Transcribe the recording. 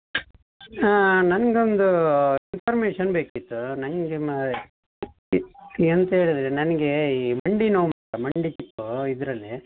ನನಗೊಂದು ಇನ್ಫೋರ್ಮೇಷನ್ ಬೇಕಿತ್ತು ನನಗೆ ಎಂಥ ಹೇಳಿದರೆ ನನಗೆ ಈ ಮಂಡಿ ನೋವು ಮಂಡಿ ಚಿಪ್ಪು ಇದರಲ್ಲಿ